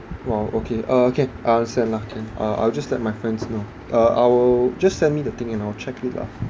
!wow! okay uh okay I understand lah can uh I'll just let my friends know uh I will just send me the thing and I will check it lah